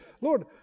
Lord